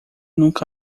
nunca